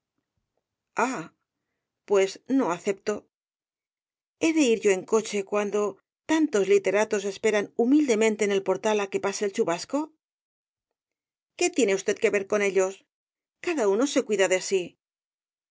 pues no acepto fie de ir yo en coche cuando tantos literatos esperan humildemente en el portal á que pase el chubasco qué tiene usted que ver con ellos cada uno cuida de sí